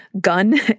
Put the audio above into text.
gun